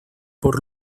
por